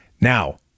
Now